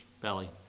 belly